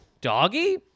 doggy